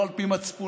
לא על פי מצפוני,